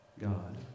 God